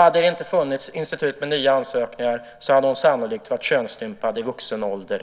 Hade institutet med nya ansökningar inte funnits hade hon sannolikt varit könsstympad